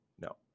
No